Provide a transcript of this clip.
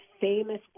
famous